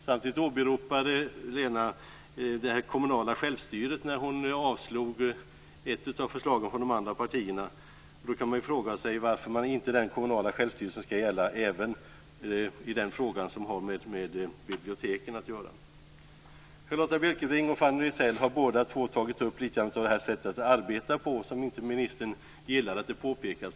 Sedan åberopade Lena Klevenås det kommunala självstyret när hon avstyrkte ett av förslagen från de andra partierna. Då kan man fråga sig varför inte den kommunala självstyrelsen skall gälla även i den fråga om har med biblioteken att göra. Charlotta Bjälkebring och Fanny Rizell har båda tagit upp regeringens sätt att arbeta på, vilket ministern inte gillar att det påpekas.